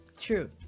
True